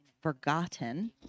forgotten